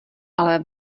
ale